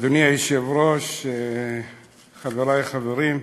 אדוני היושב-ראש, חברי, חברים,